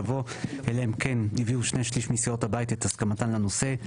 יבוא 'אלא אם כן הביעו שני שליש מסיעות הבית את הסכמתן לנושא,